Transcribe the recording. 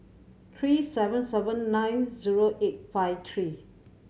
three seven seven nine zero eight five three